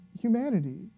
humanity